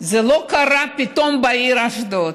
זה לא קרה בעיר אשדוד פתאום.